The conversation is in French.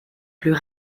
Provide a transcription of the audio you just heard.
plus